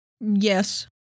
Yes